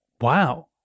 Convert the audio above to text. wow